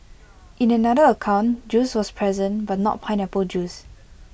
in another account juice was present but not pineapple juice